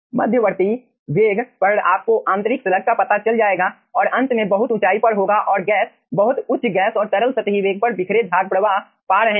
मध्यवर्ती वेग पर आपको आंतरायिक स्लग का पता चल जाएगा और अंत में बहुत ऊंचाई पर होगा और गैस बहुत उच्च गैस और तरल सतही वेग पर बिखरे झाग प्रवाह पा रहे हैं